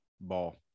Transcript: ball